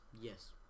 Yes